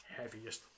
heaviest